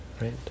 right